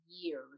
years